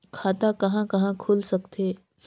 खाता कहा कहा खुल सकथे?